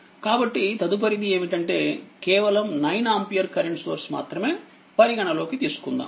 కాబట్టితదుపరిది ఏమిటంటే కేవలం9ఆంపియర్ current source మాత్రమే పరిగణలోకి తీసుకుందాము